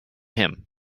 him